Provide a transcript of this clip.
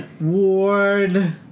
Ward